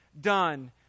done